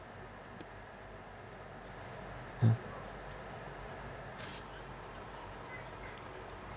yeah